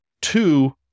two